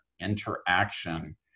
interaction